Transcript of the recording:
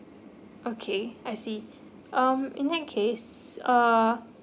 okay I see um in that case uh